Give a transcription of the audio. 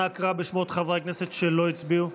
נא קרא בשמות חברי הכנסת שלא הצביעו.